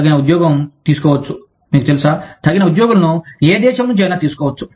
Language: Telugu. తగిన ఉద్యోగం తీసుకోవచ్చు మీకు తెలుసా తగిన ఉద్యోగులను ఏ దేశం నుంచైనా తీసుకోవచ్చు